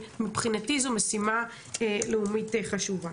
מבחינתי זו משימה לאומית חשובה.